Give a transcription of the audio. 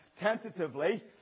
tentatively